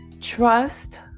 trust